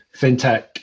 fintech